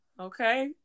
Okay